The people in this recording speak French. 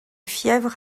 fièvre